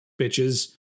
bitches